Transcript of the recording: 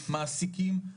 מעסיקים,